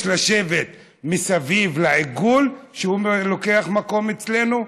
לשבת מסביב לעיגול שהוא לוקח מקום אצלנו?